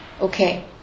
Okay